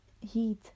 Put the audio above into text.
heat